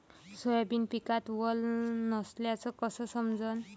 Soybean पिकात वल नसल्याचं कस समजन?